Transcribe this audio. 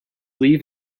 leave